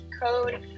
Code